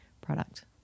product